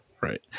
Right